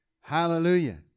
Hallelujah